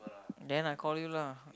then I call you lah